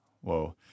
Whoa